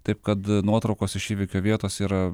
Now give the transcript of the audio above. taip kad nuotraukos iš įvykio vietos ir